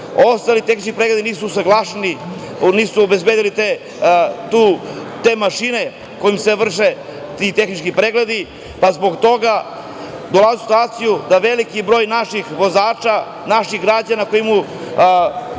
Ostali tehnički pregledi nisu usaglašeni, nisu obezbedili te mašine kojim se vrše ti tehnički pregledi, pa zbog toga dolazi u situaciju da veliki broj naših vozača, naših građana koji imaju